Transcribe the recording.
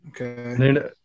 okay